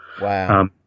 Wow